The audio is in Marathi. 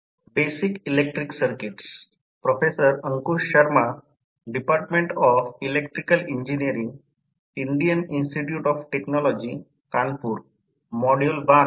तर हे देण्यात आले आहे की 100 KVA 442 220 volt single phase 50 hertz core प्रकारच्या ट्रान्सफॉर्मर ची क्षमता 98